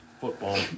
Football